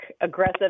aggressive